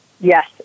Yes